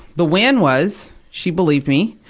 the win was, she believed me.